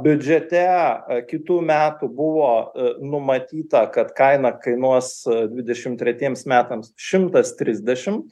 biudžete kitų metų buvo numatyta kad kaina kainuos dvidešim tretiems metams šimtas trisdešimt